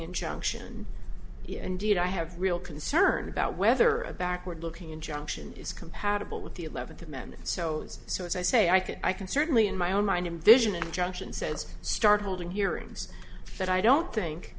injunction indeed i have real concern about whether a backward looking injunction is compatible with the eleven men so so as i say i can i can certainly in my own mind invision injunction says start holding hearings but i don't think